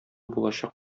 булачак